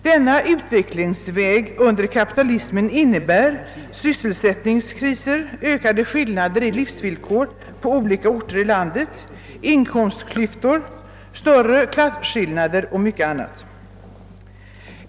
Denna utvecklingsväg under kapitalismen innebär sysselsättningskriser, ökade skillnader i livsvillkor på olika orter i landet, ökade inkomstklyftor, större klasskillnader och mycket annat.